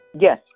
Yes